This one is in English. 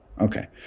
okay